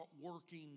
working